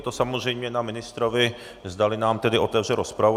Je to samozřejmě na ministrovi, zdali nám tedy otevře rozpravu.